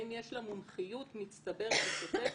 האם יש לה מומחיות מצטברת ושוטפת?